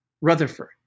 Rutherford